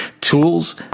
tools